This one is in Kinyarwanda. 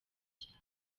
cyane